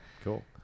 Cool